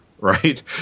Right